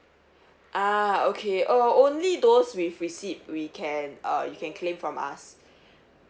ah okay uh only those with receipt we can uh you can claim from us